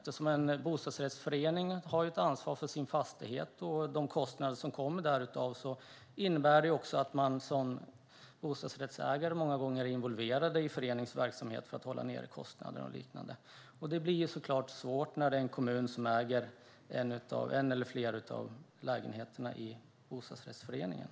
En bostadsrättsförening har ju ett ansvar för sin fastighet och de kostnader som kommer därav. Då är man som bostadsrättsägare många gånger involverad i föreningens verksamhet för att hålla nere kostnaderna och liknande. Detta blir naturligtvis svårt när det är en kommun som äger en eller flera av lägenheterna i bostadsrättsföreningen.